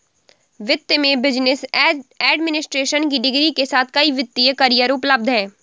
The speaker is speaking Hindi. वित्त में बिजनेस एडमिनिस्ट्रेशन की डिग्री के साथ कई वित्तीय करियर उपलब्ध हैं